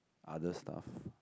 other stuff